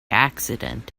accident